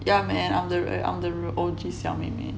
yeah man I'm the I'm the O_G 小妹妹